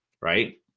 right